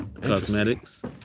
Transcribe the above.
Cosmetics